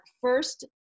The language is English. first